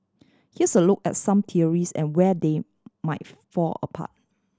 here's a look at some theories and where they might fall apart